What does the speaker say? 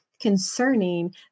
concerning